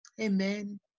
Amen